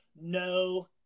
no